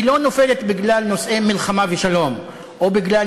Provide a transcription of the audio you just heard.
היא לא נופלת בגלל נושאי מלחמה ושלום או בגלל